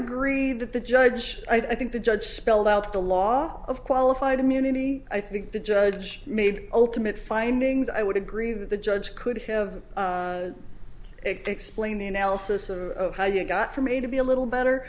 agree that the judge i think the judge spelled out the law of qualified immunity i think the judge made ultimate findings i would agree that the judge could have explained the analysis of how you got from a to b a little better